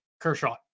Kershaw